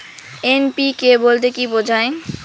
NPK বলতে কী বোঝায়?